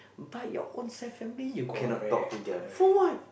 but your own self family you cannot talk to them for what